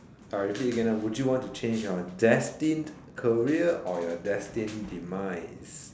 I repeat again ah would you want to change your destined career or your destined demise